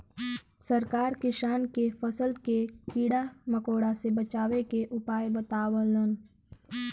सरकार किसान के फसल के कीड़ा मकोड़ा से बचावे के उपाय बतावलन